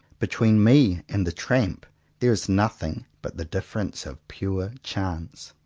between me and the tramp there is nothing but the difference of pure chance.